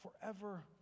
forever